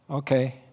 okay